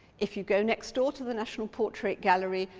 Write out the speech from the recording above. if you go next door to the national portrait gallery,